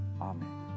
Amen